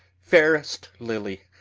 fairest lily!